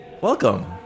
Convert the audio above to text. Welcome